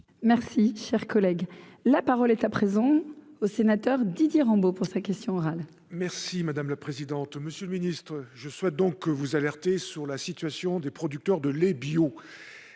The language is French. Merci, cher collègue, la parole est à présent au sénateur Didier Rambaud pour sa question orale. Merci madame la présidente, monsieur le Ministre, je souhaite donc vous alerter sur la situation des producteurs de lait bio,